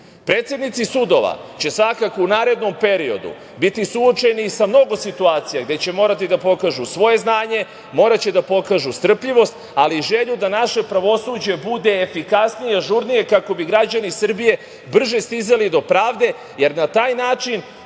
funkciju. Predsednici sudova će svakako u narednom periodu biti suočeni sa mnogo situacija gde će morati da pokažu svoje znanje, moraće da pokažu strpljivost, ali i želju da naše pravosuđe bude efikasnije i ažurnije, kako bi građani Srbije brže stizali do pravde, jer na taj način